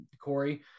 Corey